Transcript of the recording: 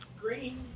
green